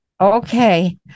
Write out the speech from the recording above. okay